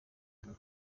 rugo